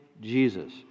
Jesus